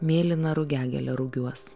mėlyna rugiagėle rugiuos